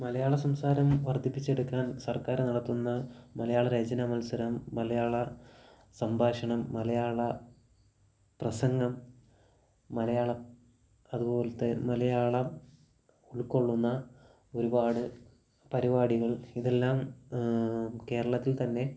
മലയാള സംസാരം വർദ്ധിപ്പിച്ചെടുക്കാൻ സർക്കാര് നടത്തുന്ന മലയാളരചന മത്സരം മലയാള സംഭാഷണം മലയാള പ്രസംഗം മലയാളം അതുപോലത്തെ മലയാളം ഉൾക്കൊള്ളുന്ന ഒരുപാട് പരിപാടികൾ ഇതെല്ലാം കേരളത്തിൽത്തന്നെ